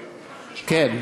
כן,